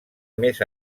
més